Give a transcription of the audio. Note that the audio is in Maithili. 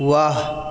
वाह